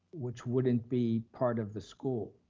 which wouldn't be part of the school?